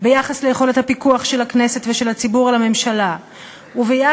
ביחס ליכולת הפיקוח של הכנסת ושל הציבור על הממשלה וביחס